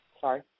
Sorry